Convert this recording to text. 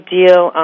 deal